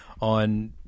on